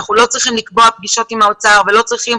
אנחנו לא צריכים לקבוע פגישות עם האוצר ולא צריכים